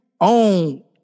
own